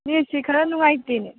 ꯅꯦꯠꯁꯤ ꯈꯔ ꯅꯨꯡꯉꯥꯏꯇꯦꯅꯦ